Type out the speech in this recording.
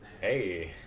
hey